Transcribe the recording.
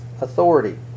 authority